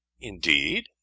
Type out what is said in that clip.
indeed